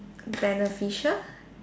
beneficial